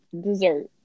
dessert